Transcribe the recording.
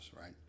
Right